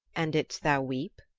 and didst thou weep?